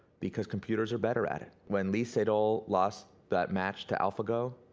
because computers are better at it. when lee sedol lost that match to alphago,